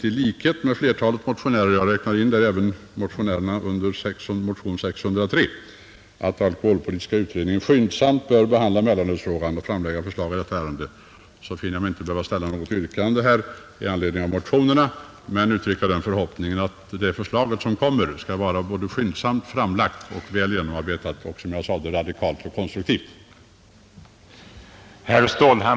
I likhet med flertalet motionärer — och där räknar jag även in undertecknarna av motionen 603 — förväntar utskottet att alkoholpolitiska utredningen behandlar mellanölsfrågan och framlägger förslag i ärendet snarast. Jag finner mig därför inte behöva ställa något yrkande i anslutning till motionerna utan vill bara uttrycka förhoppningen att alkoholpolitiska utredningen snarast måtte presentera ett väl genomarbetat, radikalt och konstruktivt förslag.